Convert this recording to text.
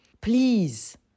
Please